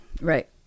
Right